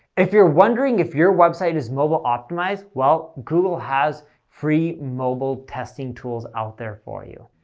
if you're wondering if your website is mobile optimized, well google has free mobile testing tools out there for you.